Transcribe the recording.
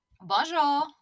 Bonjour